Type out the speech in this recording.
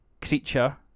creature